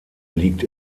liegt